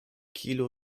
kilo